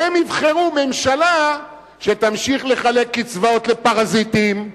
והם יבחרו ממשלה שתמשיך לחלק קצבאות לפרזיטים,